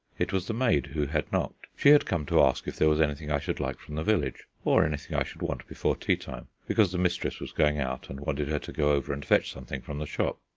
it was the maid who had knocked. she had come to ask if there was anything i should like from the village, or anything i should want before tea-time, because the mistress was going out, and wanted her to go over and fetch something from the shop.